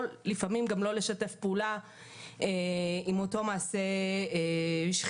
ולפעמים גם לא לשתף פעולה עם אותו מעשה שחיתות.